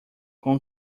com